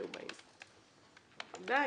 די,